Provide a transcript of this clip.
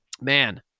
man